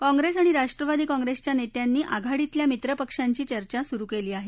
काँग्रेस आणि राष्ट्रवादी काँग्रेसच्या नेत्यांची आघाडीतल्या मित्रपक्षांशी चर्चा सुरु आहे